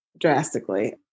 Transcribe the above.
drastically